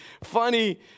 funny